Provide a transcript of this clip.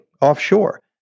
offshore